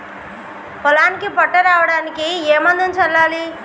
పొలానికి పొట్ట రావడానికి ఏ మందును చల్లాలి?